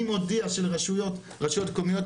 אני מודיע שלרשויות מקומיות,